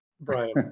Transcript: Brian